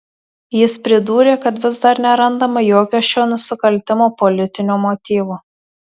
jis pridūrė kad vis dar nerandama jokio šio nusikaltimo politinio motyvo